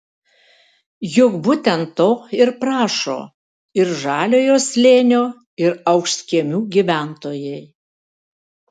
juk būtent to ir prašo ir žaliojo slėnio ir aukštkiemių gyventojai